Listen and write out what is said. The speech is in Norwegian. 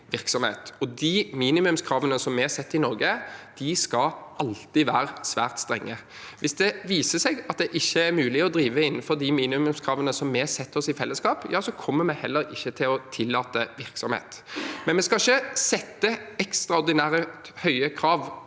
de minimumskravene som er satt i Norge, skal alltid være svært strenge. Hvis det viser seg at det ikke er mulig å drive innenfor de minimumskravene vi har satt oss i fellesskap, kommer vi heller ikke til å tillate virksomhet. Men vi skal ikke sette ekstraordinært høye krav